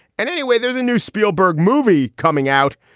and anyway, there's a new spielberg movie coming out.